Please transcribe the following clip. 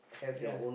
ya